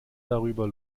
darüber